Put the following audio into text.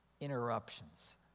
interruptions